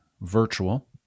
virtual